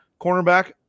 cornerback